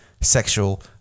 sexual